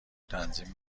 تنظیم